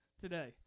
today